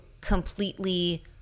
completely